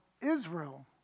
Israel